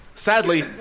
Sadly